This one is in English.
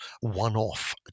one-off